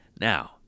Now